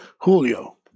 Julio